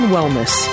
Wellness